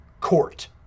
court